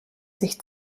sich